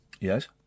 Yes